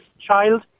child